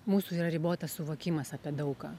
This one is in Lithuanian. mūsų yra ribotas suvokimas apie daug ką